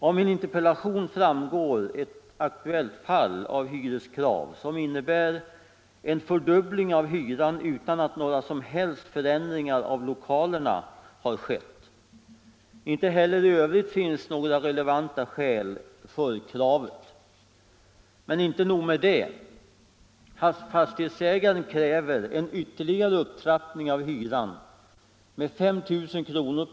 Av min interpellation framgår ett aktuellt fall av hyreskrav som innebär en fördubbling av hyran utan att några som helst förändringar av lokalerna har skett. Inte heller i övrigt finns några relevanta skäl för kravet. Men inte nog med detta. Fastighetsägaren kräver en ytterligare upptrappning av hyran med 5 000 kr.